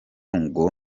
ngo